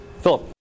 Philip